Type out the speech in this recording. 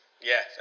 Yes